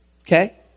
Okay